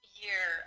year